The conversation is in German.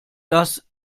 das